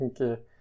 okay